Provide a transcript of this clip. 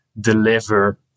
deliver